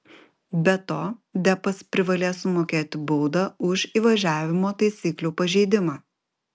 be to deppas privalės sumokėti baudą už įvažiavimo taisyklių pažeidimą